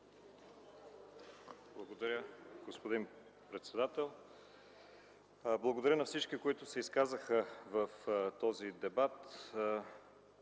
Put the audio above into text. Благодаря, господин председател. Благодаря на всички, които се изказаха в този дебат,